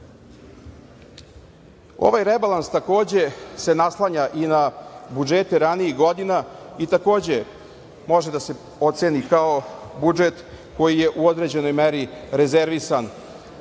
rebalans takođe se naslanja i na budžete ranijih godina i takođe može da se oceni kao budžet koji je u određenoj meri rezervisan